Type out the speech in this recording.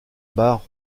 barre